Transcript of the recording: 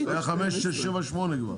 היו חמישית, שישית, שביעית, שמינית כבר.